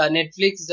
Netflix